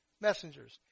messengers